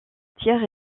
tiers